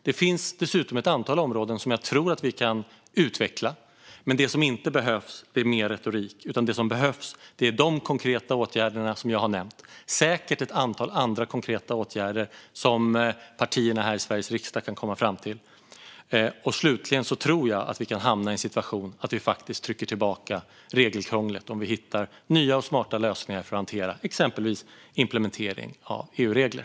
Det finns dessutom ett antal områden som jag tror att vi kan utveckla. Det som behövs är som sagt var inte mer retorik, utan det som behövs är de konkreta åtgärderna som jag har nämnt och säkert ett antal andra konkreta åtgärder som partierna här i Sveriges riksdag kan komma fram till. Slutligen tror jag att vi kan hamna i en situation att vi faktiskt trycker tillbaka regelkrånglet om vi hittar nya och smarta lösningar för att hantera exempelvis implementering av EU-regler.